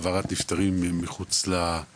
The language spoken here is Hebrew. של הוועדה בנשוא העברת נפטר מחוץ לתחום